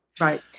Right